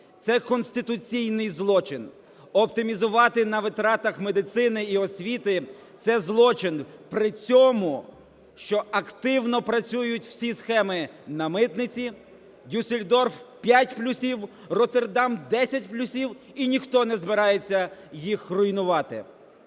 Це конституційний злочин, оптимізувати на витратах медицини і освіти - це злочин. При цьому, що активно працюють всі схеми на митниці, "Дюссельдорф" - п'ять плюсів, "Роттердам" - 10 плюсів, і ніхто не збирається їх руйнувати.